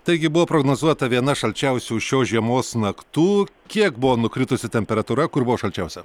taigi buvo prognozuota viena šalčiausių šios žiemos naktų kiek buvo nukritusi temperatūra kur buvo šalčiausia